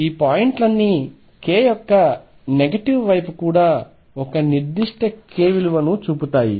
ఈ పాయింట్లన్నీ k యొక్క నెగటివ్ వైపు కూడా ఒక నిర్దిష్ట k విలువను చూపుతాయి